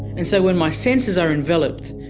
and so when my senses are enveloped,